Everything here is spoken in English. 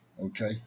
Okay